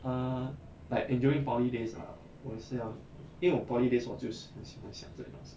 err like in during poly days ah 我也是要因为我 poly days 我就很喜欢想这些东西